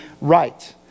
right